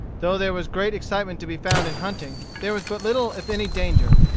though there was great excitement to be found in hunting, there was but little if any danger.